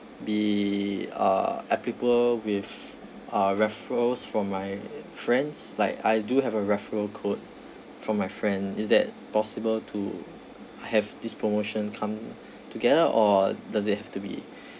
be uh applicable with uh referrals from my friends like I do have a referral code from my friend is that possible to have this promotion come together or does it have to be